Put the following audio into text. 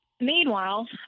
Meanwhile